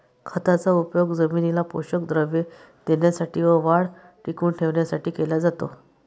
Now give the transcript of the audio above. खताचा उपयोग जमिनीला पोषक द्रव्ये देण्यासाठी व वाढ टिकवून ठेवण्यासाठी केला जातो